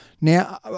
Now